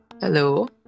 Hello